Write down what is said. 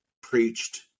preached